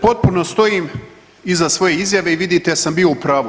Potpuno stojim iza svoje izjave i vidite da sam bio u pravu.